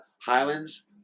Highlands